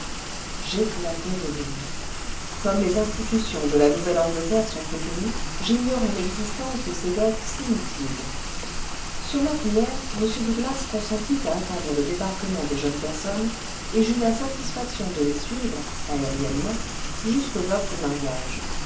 j'éclatai de rire comme les institutions de la nouvelle-angleterre sont peu connues j'ignorais l'existence de ces docks si utiles sur ma prière m douglas consentit à attendre le débarquement des jeunes personnes et j'eus la satisfaction de les suivre aériennement jusqu'aux docks dû mariage